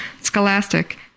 Scholastic